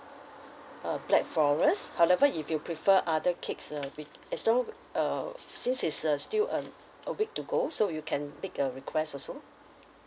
uh black forest however if you prefer other cakes uh with as long uh since it's a still uh a week to go so you can make a request also